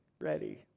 ready